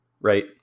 Right